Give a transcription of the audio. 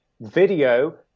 video